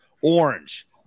Orange